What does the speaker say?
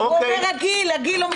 הוא אומר הגיל, הגיל לא מתקבל.